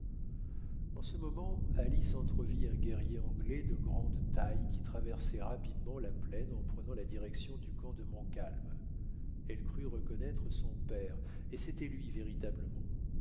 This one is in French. en ce moment alice entrevit un guerrier anglais de grande taille qui traversait rapidement la plaine en prenant la direction du camp de montcalm elle crut reconnaître son père et c'était lui véritablement